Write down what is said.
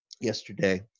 yesterday